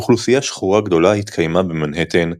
אוכלוסייה שחורה גדולה התקיימה במנהטן,